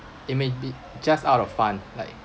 it may be just out of fun like